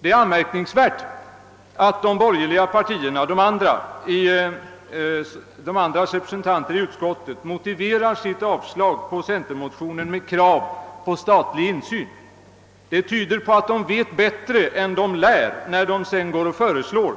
Det är anmärkningsvärt, att de andra borgerliga partiernas representanter i utskottet motiverar sitt yrkande om avslag på centermotionen med krav på statlig insyn. Det tyder på att de vet bättre än de lär, när de sedan föreslår